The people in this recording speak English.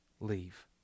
leave